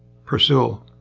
pursual?